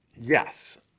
Yes